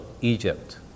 Egypt